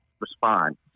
respond